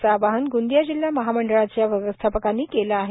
असे आवाहन गोंदिया जिल्हा महामंडळाचे व्यवस्थापकांनी केले आहे